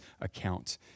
account